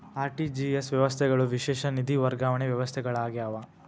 RTGS ವ್ಯವಸ್ಥೆಗಳು ವಿಶೇಷ ನಿಧಿ ವರ್ಗಾವಣೆ ವ್ಯವಸ್ಥೆಗಳಾಗ್ಯಾವ